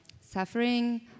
suffering